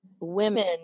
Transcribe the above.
women